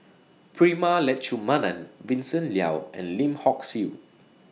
Prema Letchumanan Vincent Leow and Lim Hock Siew